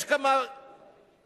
יש כמה פרמטרים,